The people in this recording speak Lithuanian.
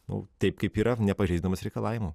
nu taip kaip yra nepažeisdamas reikalavimų